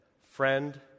Friend